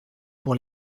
pour